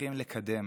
צריכים לקדם.